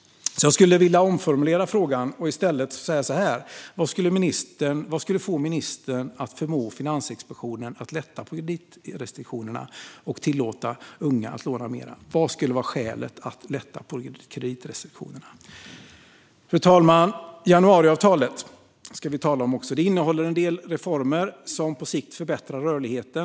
Jag skulle vilja omformulera frågan och i stället säga så här: Vad skulle få ministern att förmå Finansinspektionen att lätta på kreditrestriktionerna och tillåta unga att låna mer? Vad skulle vara skälet att lätta på kreditrestriktionerna? Fru talman! Januariavtalet innehåller en del reformer som på sikt förbättrar rörligheten.